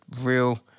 real